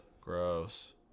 gross